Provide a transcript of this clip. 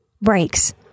breaks